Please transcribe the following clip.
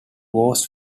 was